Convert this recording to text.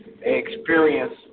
experience